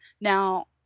Now